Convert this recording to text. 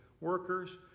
workers